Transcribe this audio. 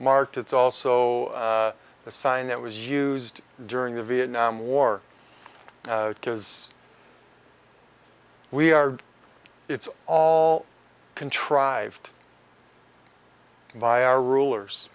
marked it's also a sign it was used during the vietnam war because we are it's all contrived by our rulers